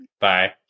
Bye